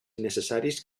innecessaris